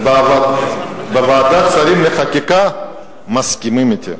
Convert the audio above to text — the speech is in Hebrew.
בוועדת השרים לחקיקה מסכימים אתי.